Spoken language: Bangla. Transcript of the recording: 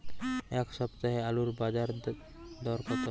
এ সপ্তাহে আলুর বাজার দর কত?